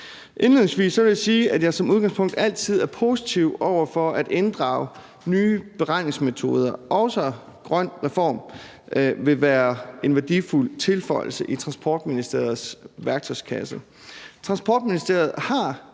Indledningsvis vil jeg sige, at jeg som udgangspunkt altid er positiv over for at inddrage nye beregningsmetoder. Også GrønREFORM vil være en værdifuld tilføjelse til Transportministeriets værktøjskasse.